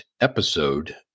Episode